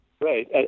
Right